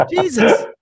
jesus